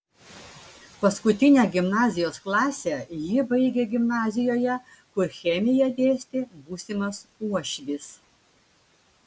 paskutinę gimnazijos klasę ji baigė gimnazijoje kur chemiją dėstė būsimas uošvis